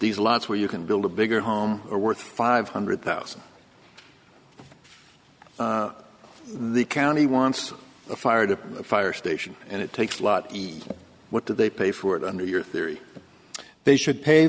these lots where you can build a bigger home are worth five hundred thousand the county wants a fire to a fire station and it takes lot and what do they pay for it under your theory they should pay